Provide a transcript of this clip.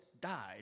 died